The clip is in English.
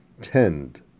tend